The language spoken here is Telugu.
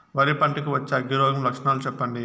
వరి పంట కు వచ్చే అగ్గి రోగం లక్షణాలు చెప్పండి?